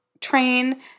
train